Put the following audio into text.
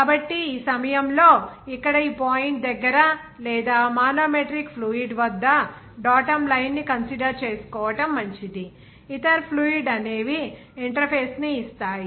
కాబట్టి ఈ సమయంలో ఇక్కడ ఈ పాయింట్ దగ్గర లేదా మానోమెట్రిక్ ఫ్లూయిడ్ వద్ద డాటమ్ లైన్ ను కన్సిడర్ చేసుకోవటం మంచిది మరియు ఇతర ఫ్లూయిడ్ అనేవి ఇంటర్ఫేస్ ని ఇస్తాయి